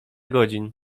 godzin